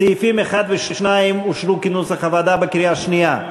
סעיפים 1 ו-2 אושרו כנוסח הוועדה בקריאה שנייה,